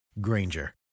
Granger